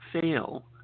fail